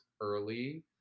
early